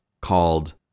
called